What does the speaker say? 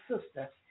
sister